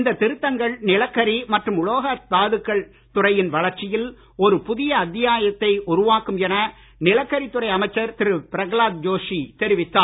இந்த திருத்தங்கள் நிலக்கரி மற்றும் உலோக தாதுக்கள் துறையின் வளர்ச்சியில் ஒரு புதிய அத்தியாயத்தை உருவாக்கும் என நிலக்கரித் துறை அமைச்சர் திரு பிரகலாத் ஜோஷி தெரிவித்தார்